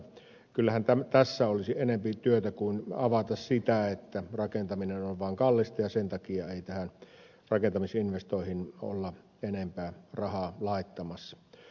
kyllähän tässä olisi enempi työtä kuin avata sitä että rakentaminen on vaan kallista ja sen takia ei rakentamisinvestointeihin olla enempää rahaa laittamassa